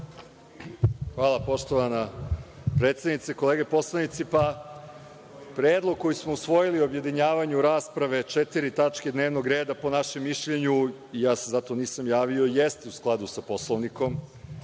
Hvala poštovana predsednice. Kolege poslanici, predlog koji smo usvojili o objedinjavanju rasprave četiri tačke dnevnog reda po našem mišljenju i za se zato nisam javio jeste u skladu sa Poslovnikom